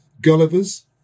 Gulliver's